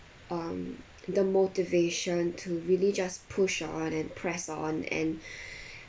um the motivation to really just push on and press on and